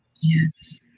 Yes